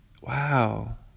wow